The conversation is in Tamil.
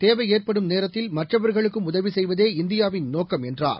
தேவையேற்படும் நேரத்தில் மற்றவர்களுக்கும் உதவிசெய்வதே இந்தியாவின் நோக்கம் என்றார்